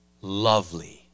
Lovely